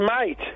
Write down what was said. mate